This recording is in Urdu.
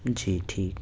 جی ٹھیک